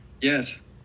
Yes